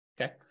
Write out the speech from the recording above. okay